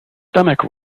stomach